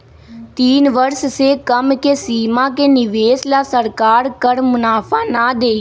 तीन वर्ष से कम के सीमा के निवेश ला सरकार कर मुनाफा ना देई